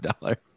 dollar